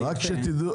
זה יפה.